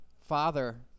Father